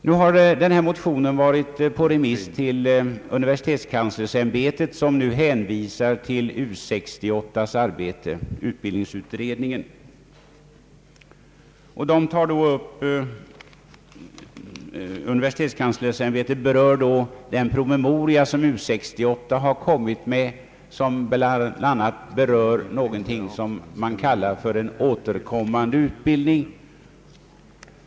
Den aktuella motionen har varit på remiss hos universitetskanslersämbetet, som hänvisar till U 68, utbildningsutredningen, Universitetskanslersämbetet berör den promemoria som U 68 lagt fram, vari bl.a. behandlas något som man kallar för »återkommande utbildning».